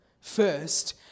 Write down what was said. first